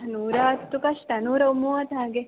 ನೂರ ಹತ್ತು ಕಷ್ಟ ನೂರ ಮೂವತ್ತು ಹಾಗೆ